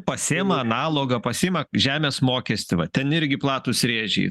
pasiima analogą pasiima žemės mokestį va ten irgi platūs rėžiai